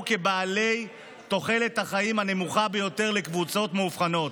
בעלי תוחלת החיים הנמוכה ביותר לקבוצות מאובחנות.